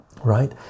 right